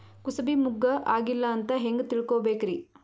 ಕೂಸಬಿ ಮುಗ್ಗ ಆಗಿಲ್ಲಾ ಅಂತ ಹೆಂಗ್ ತಿಳಕೋಬೇಕ್ರಿ?